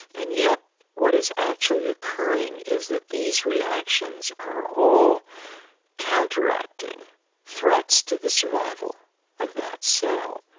and yet what is actually occurring is that these reactions are all counteracting threats to the survival of that cell.